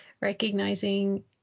recognizing